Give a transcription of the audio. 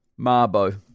Marbo